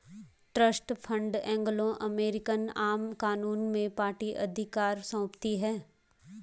trust fund Anglo American आम कानून में पार्टी अधिकार सौंपती है